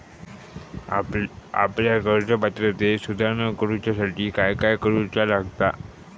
आपल्या कर्ज पात्रतेत सुधारणा करुच्यासाठी काय काय करूचा लागता?